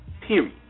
Period